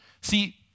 See